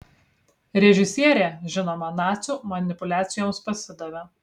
režisierė žinoma nacių manipuliacijoms pasidavė